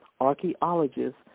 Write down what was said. archaeologists